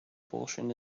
portion